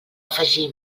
afegir